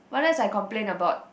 what else I complain about